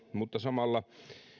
mutta samalla